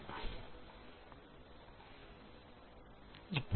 LINSYS1 DESKTOPPublicggvlcsnap 2016 02 29 09h44m33s114